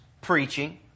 preaching